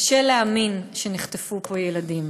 קשה להאמין שנחטפו פה ילדים.